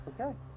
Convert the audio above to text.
Okay